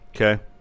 Okay